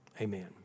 amen